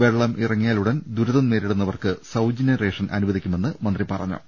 വെളളം ഇറങ്ങിയാലുടൻ ദുരിതം നേരിടുന്നവർക്ക് സൌജന്യ റേഷൻ അനുവദിക്കുമെന്ന് അദ്ദേഹം പറഞ്ഞു